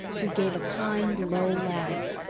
who gave a kind, low laugh.